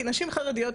כי נשים חרדיות,